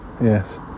yes